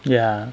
ya